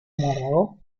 muérdago